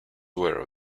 aware